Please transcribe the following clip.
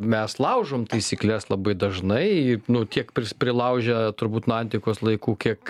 mes laužom taisykles labai dažnai nu tiek prilaužę turbūt nuo antikos laikų kiek